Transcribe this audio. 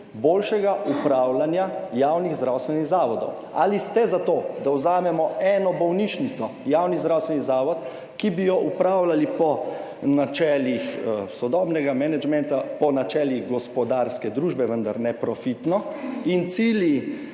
boljšega upravljanja javnih zdravstvenih zavodov. Ali ste za to, da vzamemo eno bolnišnico, javni zdravstveni zavod, ki bi jo upravljali po načelih sodobnega menedžmenta, po načelih gospodarske družbe, vendar ne profitno? Cilji